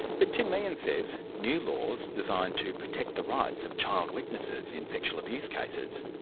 but tim meehan says new laws designed to protect the rights of child witnesses in sexual abuse cases,